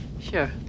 Sure